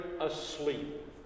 asleep